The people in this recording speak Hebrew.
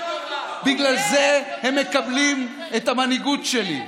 בגלל זה הם מקבלים את המנהיגות שלי,